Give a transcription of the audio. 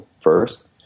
first